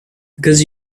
because